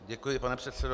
Děkuji, pane předsedo.